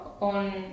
on